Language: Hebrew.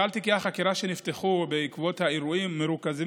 כלל תיקי החקירה שנפתחו בעקבות האירועים מרוכזים